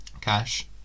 cash